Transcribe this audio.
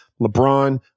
LeBron